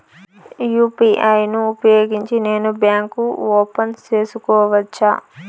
UPI ను ఉపయోగించి నేను బ్యాంకు ఓపెన్ సేసుకోవచ్చా?